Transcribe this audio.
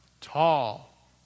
tall